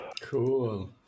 Cool